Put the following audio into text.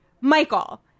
Michael